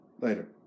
Later